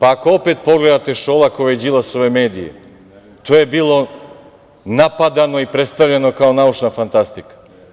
Ako opet pogledate Šolakove i Đilasove medije, to je bilo napadano i predstavljano kao naučna fantastika.